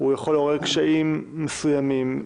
לעורר קשיים מסוימים,